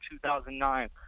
2009